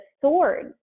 swords